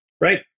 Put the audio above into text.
right